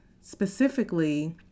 specifically